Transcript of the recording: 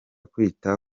kwita